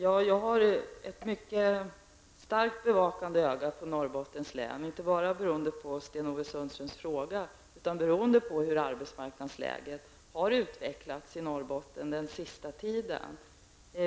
Herr talman! Jag håller ett starkt vakande öga på Norrbottens län, inte bara beroende på Sten-Ove Sundströms fråga utan beroende på hur arbetsmarknadsläget har utvecklats i Norrbotten den senaste tiden.